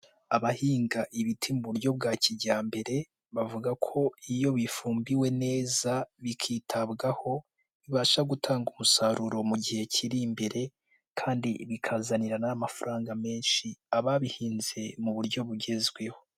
Abahinga ibiti mu buryo bwa kijyambere, bavuga ko iyo bifumbiwe neza bikitabwaho bibasha gutanga umusaruro mu gihe kiri imbere, kandi bikazanirana n'amafaranga menshi ababihinze mu buryo bugezweho.